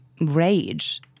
rage